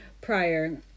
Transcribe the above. prior